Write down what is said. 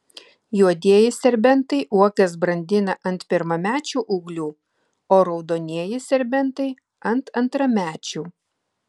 juodieji serbentai uogas brandina ant pirmamečių ūglių o raudonieji serbentai ant antramečių